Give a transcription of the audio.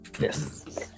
Yes